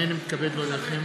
הנני מתכבד להודיעכם,